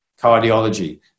cardiology